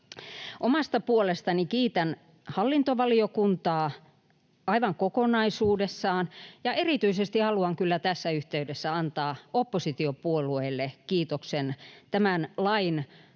Omasta puolestani kiitän hallintovaliokuntaa aivan kokonaisuudessaan ja erityisesti haluan kyllä tässä yhteydessä antaa oppositiopuolueille kiitoksen tämän lain